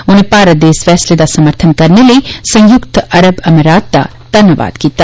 उनें भारत दे इस फैसले दा समर्थन करने लेई संयुक्त अरब अमारात दा धन्नवाद कीता